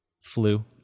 flu